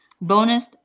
bonus